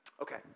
Okay